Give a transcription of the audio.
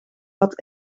had